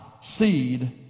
seed